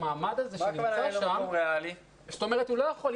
המעמד הזה --- מה הכוונה שאין לו מקום ריאלי?